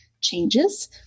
changes